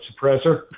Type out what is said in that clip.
suppressor